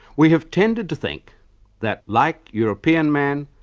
we have tended to think that, like european man,